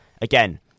again